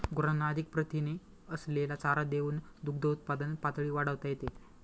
गुरांना अधिक प्रथिने असलेला चारा देऊन दुग्धउत्पादन पातळी वाढवता येते